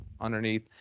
underneath